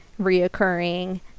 reoccurring